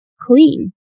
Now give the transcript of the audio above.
clean